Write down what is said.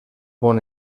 bon